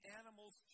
animals